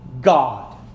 God